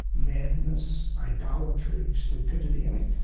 madness, idolatry, stupidity. i mean,